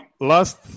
Last